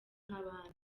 nk’abandi